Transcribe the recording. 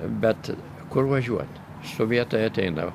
bet kur važiuot sovietai ateina